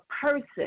person